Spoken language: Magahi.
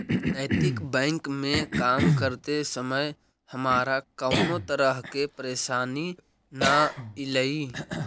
नैतिक बैंक में काम करते समय हमारा कउनो तरह के परेशानी न ईलई